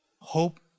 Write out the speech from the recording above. Hope